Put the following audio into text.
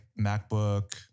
MacBook